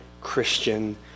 Christian